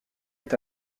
est